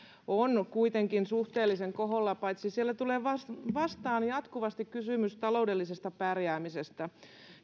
on kuitenkin suhteellisen koholla mutta siellä tulee vastaan jatkuvasti kysymys taloudellisesta pärjäämisestä